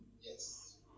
Yes